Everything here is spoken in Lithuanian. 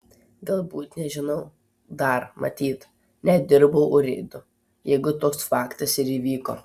galbūt nežinau dar matyt nedirbau urėdu jeigu toks faktas ir įvyko